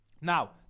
Now